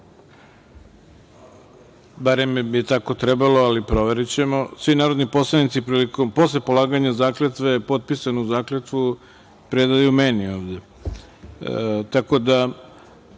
barem bi tako trebalo, ali proverićemo, svi narodni poslanici posle polaganja zakletve potpisanu zakletvu predaju meni, tako da